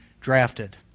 drafted